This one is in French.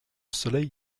soleil